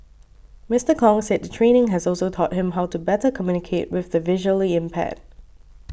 Mister Kong said the training has also taught him how to better communicate with the visually impaired